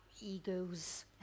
egos